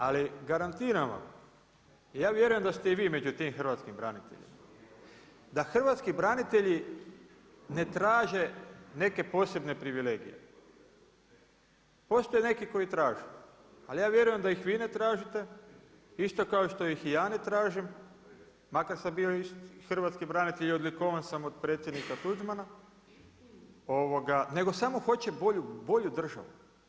Ali garantiram vam, ja vjerujem da ste i vi među tim hrvatskim braniteljima, da hrvatski branitelji ne traže neke posebne privilegije, postoji neki koji traže, ali ja vjerujem da ih vi ne tražite, isto kao što ih i ja ne tražim makar sam bio hrvatski branitelj i odlikovan sam od predsjednika Tuđmana nego samo hoće bolju državu.